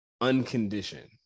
unconditioned